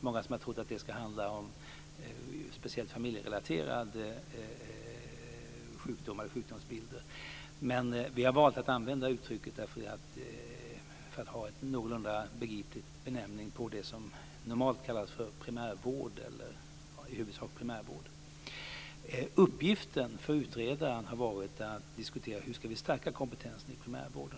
Många har trott att det därvidlag ska handla om speciellt familjerelaterade sjukdomsbilder, men anledningen till att vi har valt uttrycket är att få en någorlunda begriplig benämning på det som normalt i huvudsak kallas primärvård. Uppgiften för utredaren har varit att diskutera hur vi ska stärka kompetensen inom primärvården.